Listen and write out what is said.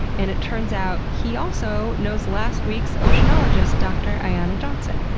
and it turns out he also knows last week's oceanologist dr. ayana johnson.